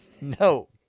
No